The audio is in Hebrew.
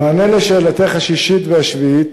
במענה על שאלתך השישית ושאלתך השביעית,